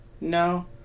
no